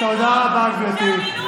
זה המינוי שלך.